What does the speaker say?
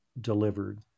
delivered